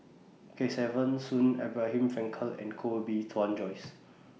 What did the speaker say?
Kesavan Soon Abraham Frankel and Koh Bee Tuan Joyce